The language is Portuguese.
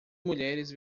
mulheres